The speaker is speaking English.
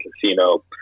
casino